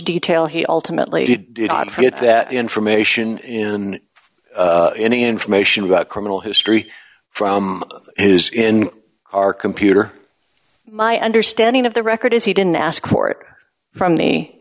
detail he ultimately did not get that information in any information about criminal history from his in our computer my understanding of the record is he didn't ask for it from